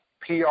PR